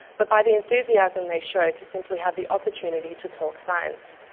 but by the enthusiasm they show to simply have the opportunity to talk science.